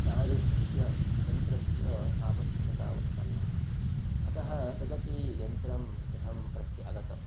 तादृशस्य यन्त्रस्य आवश्यकता उत्पन्न अतः तदपि यन्त्रं गृहं प्रत्यागतम्